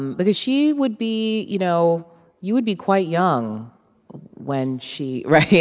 um because she would be, you know you would be quite young when she right?